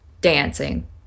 dancing